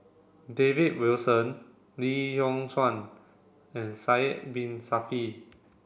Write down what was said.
David Wilson Lee Yock Suan and Sidek Bin Saniff